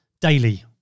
daily